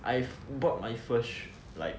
I bought my first like